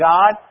God